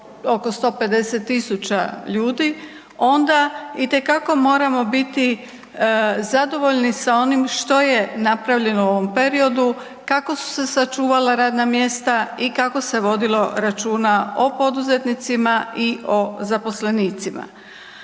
oko 150.000 ljudi, onda itekako moramo biti zadovoljni sa onim što je napravljeno u ovom periodu, kako su se sačuvala radna mjesta i kako se vodilo računa o poduzetnicima, i o zaposlenicima.